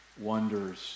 wonders